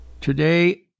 Today